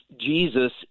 Jesus